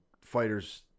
fighters